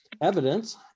evidence